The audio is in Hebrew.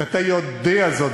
ואתה יודע זאת,